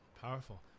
Powerful